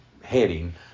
heading